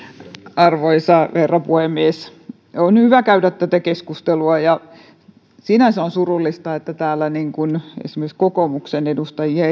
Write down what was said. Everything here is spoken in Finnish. arvoisa herra puhemies on hyvä käydä tätä keskustelua ja sinänsä on surullista että täällä ei ole keskustelemassa esimerkiksi kokoomuksen edustajia